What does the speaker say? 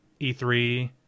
E3